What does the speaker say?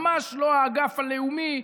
ממש לא האגף הלאומי,